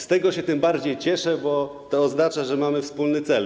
Z tego się tym bardziej cieszę, bo to oznacza, że mamy wspólny cel.